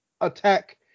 attack